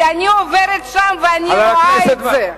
ואני עוברת שם ואני רואה את זה.